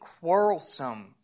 quarrelsome